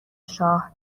شاه